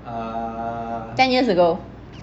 ten years ago